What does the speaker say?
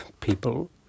people